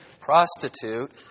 prostitute